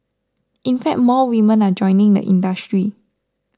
in fact more women are joining the industry